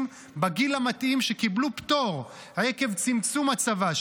בגיל המתאים שקיבלו פטור עקב צמצום הצבא,